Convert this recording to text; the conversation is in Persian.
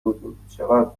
بودیم، چقد